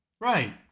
right